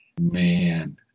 Man